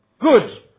Good